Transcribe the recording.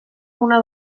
una